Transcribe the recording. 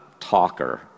talker